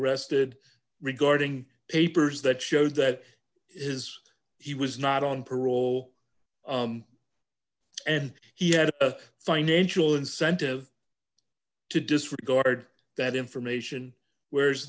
arrested regarding papers that showed that his he was not on parole and he had a financial incentive to disregard that information where